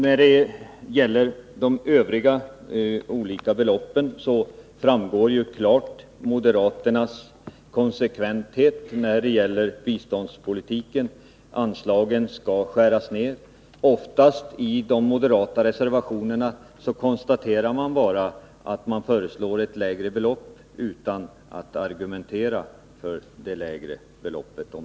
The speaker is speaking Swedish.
Beträffande de övriga olika beloppen framgår det klart hur konsekventa moderaterna är när det gäller biståndspolitiken: anslagen skall skäras ner. I de moderata reservationerna föreslår man oftast bara ett lägre belopp utan att argumentera för det lägre beloppet.